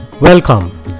Welcome